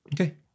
Okay